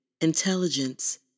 intelligence